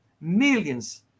millions